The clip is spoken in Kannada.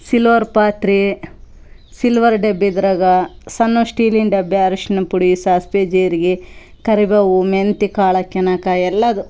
ಸಿಲ್ವರ್ ಪಾತ್ರೆ ಸಿಲ್ವರ್ ಡಬ್ಬಿದ್ರಾಗ ಸಣ್ಣವು ಸ್ಟೀಲಿನ ಡಬ್ಬಿ ಅರ್ಶಿಣಪುಡಿ ಸಾಸಿವೆ ಜೀರಿಗೆ ಕರಿಬೇವು ಮೆಂತೆ ಕಾಳು ಹಾಕ್ಯನಕ ಎಲ್ಲದು